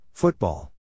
Football